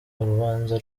rubanza